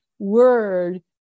word